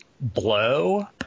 blow